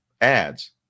ads